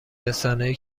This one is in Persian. رسانهای